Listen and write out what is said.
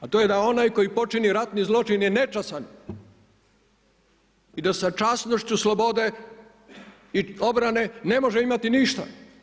A to je da onaj koji počini ratni zločin je nečasan i da sa časnošću slobode i obrane ne može imati ništa.